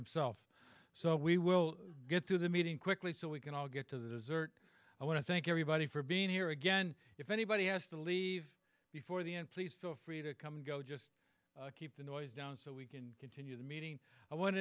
him self so we will get through the meeting quickly so we can all get to the dessert i want to thank everybody for being here again if anybody has to leave before the end please feel free to come and go just keep the noise down so we can continue the meeting i wa